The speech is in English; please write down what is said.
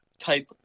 type